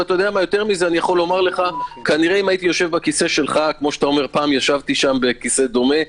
יותר מזה כנראה אם הייתי יושב בכיסא שלך פעם ישבתי בכיסא דומה,